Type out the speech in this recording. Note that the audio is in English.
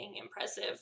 impressive